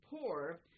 poor